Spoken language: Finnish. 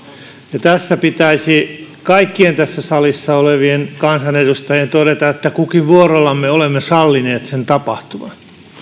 ja tässä pitäisi kaikkien tässä salissa olevien kansanedustajien todeta että kukin vuorollamme olemme sallineet sen tapahtuvan